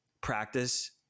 practice